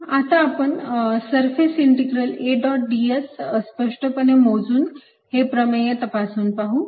2y22। L2L2L30L3 आता आपण surface integral A dot ds स्पष्टपणे मोजून हे प्रमेय तपासून पाहू